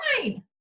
fine